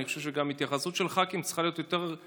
אני גם חושב שההתייחסות של ח"כים לעניין הזה צריכה להיות יותר רצינית.